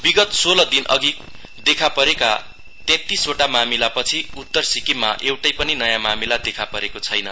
विगत सोल दिनअघि देखापरेका तेत्तीसवटा मामिलापछि उत्तर सिक्विममा एउटै पनि नयाँ मामिला देखापरेको छैन